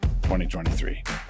2023